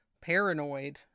paranoid